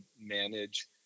manage